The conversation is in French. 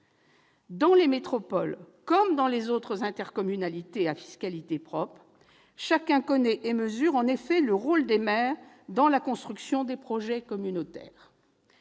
Dans les métropoles comme dans les autres intercommunalités à fiscalité propre, chacun connaît et mesure en effet le rôle des maires dans la construction des projets communautaires.